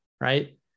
Right